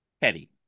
Petty